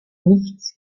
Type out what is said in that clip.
nichts